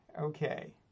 Okay